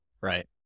Right